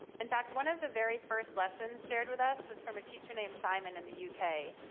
in fact, one of the very first lessons shared with us was from a teacher named simon in the u k.